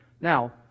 Now